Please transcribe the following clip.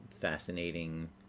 fascinating